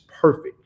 perfect